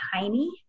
tiny